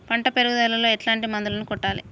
పంట పెరుగుదలలో ఎట్లాంటి మందులను కొట్టాలి?